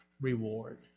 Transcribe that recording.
Reward